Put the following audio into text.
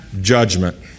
judgment